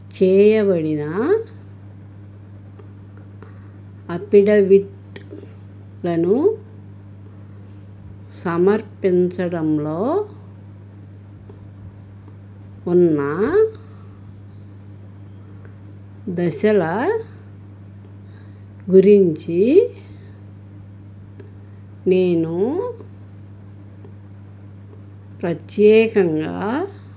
చేయబడిన అఫిడవిట్లను సమర్పించడంలో ఉన్న దశల గురించి నేను ప్రత్యేకంగా